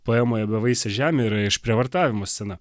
poemoje bevaisė žemė yra išprievartavimo scena